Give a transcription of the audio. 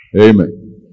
Amen